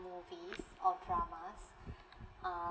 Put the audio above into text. movies or dramas uh